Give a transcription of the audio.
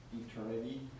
eternity